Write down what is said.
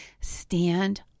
stand